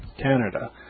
Canada